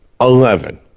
Eleven